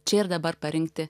čia ir dabar parinkti